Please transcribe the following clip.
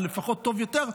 אבל לפחות טוב יותר,